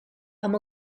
amb